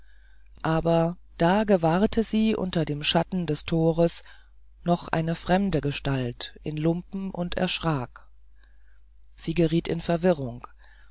aber da gewahrte sie unter dem schatten des tores noch eine fremde gestalt in lumpen und erschrak sie geriet in verwirrung